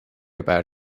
about